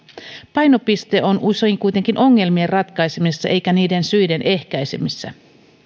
painopiste on usein kuitenkin ongelmien ratkaisemisessa eikä niiden syiden ehkäisemisessä